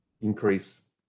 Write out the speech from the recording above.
increase